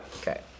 okay